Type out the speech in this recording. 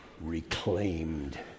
reclaimed